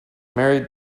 married